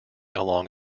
along